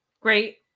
Great